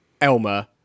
Elmer